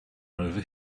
over